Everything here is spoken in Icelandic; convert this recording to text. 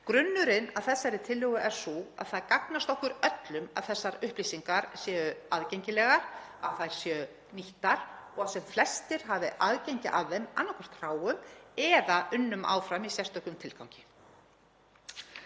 Grunnurinn að þessari tillögu er sá að það gagnast okkur öllum að þessar upplýsingar séu aðgengilegar, að þær séu nýttar og að sem flestir hafi aðgengi að þeim, annaðhvort hráum eða unnum áfram í sérstökum tilgangi.